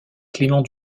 clément